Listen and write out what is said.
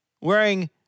wearing